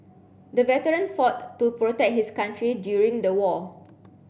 the veteran fought to protect his country during the war